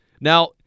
Now